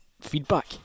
feedback